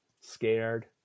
scared